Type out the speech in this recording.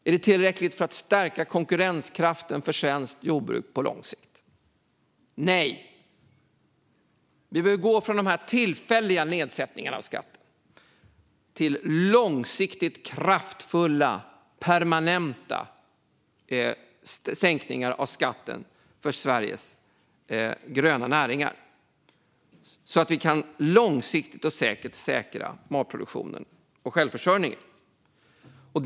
Är det tillräckligt för att stärka konkurrenskraften för svenskt jordbruk på lång sikt? Nej, är svaret. Vi behöver gå från de här tillfälliga nedsättningarna av skatten till långsiktigt kraftfulla, permanenta sänkningar av skatten för Sveriges gröna näringar så att vi långsiktigt kan säkra matproduktionen och självförsörjningen.